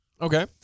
okay